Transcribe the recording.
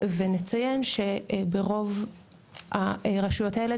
ונציין ברוב הרשויות האלה,